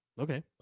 Okay